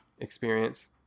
experience